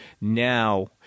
Now